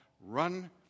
run